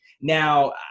Now